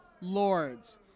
lords